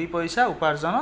ଦୁଇପଇସା ଉପାର୍ଜନ